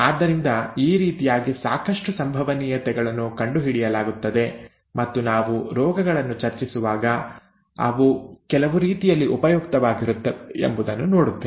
ಆದ್ದರಿಂದ ಈ ರೀತಿಯಾಗಿ ಸಾಕಷ್ಟು ಸಂಭವನೀಯತೆಗಳನ್ನು ಕಂಡುಹಿಡಿಯಲಾಗುತ್ತದೆ ಮತ್ತು ನಾವು ರೋಗಗಳನ್ನು ಚರ್ಚಿಸುವಾಗ ಅವು ಕೆಲವು ರೀತಿಯಲ್ಲಿ ಉಪಯುಕ್ತವಾಗಿರುತ್ತವೆ ಎಂಬುದನ್ನು ನೋಡುತ್ತೇವೆ